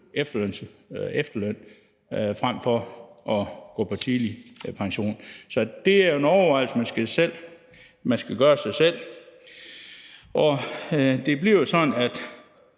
efterløn frem for at gå på tidlig pension. Så det er en overvejelse, man skal gøre sig. Det bliver sådan, at